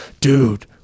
dude